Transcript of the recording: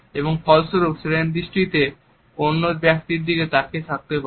এবং তার ফলস্বরূপ শ্যেনদৃষ্টিতে অন্য ব্যক্তির দিকে তাকিয়ে থাকতে পারে